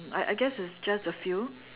I I I guess it's just a few